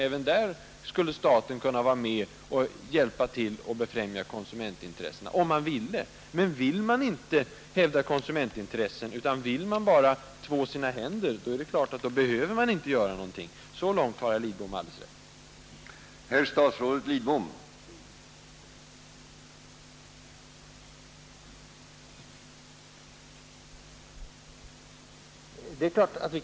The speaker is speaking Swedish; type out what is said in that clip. Också där skulle staten kunna hjälpa till med att befrämja konsumentintressen — om man vill. Men vill man inte hävda konsumentintressena, utan bara tvår sina händer, behöver man naturligtvis inte göra någonting — så långt har herr Lidbom alldeles rätt.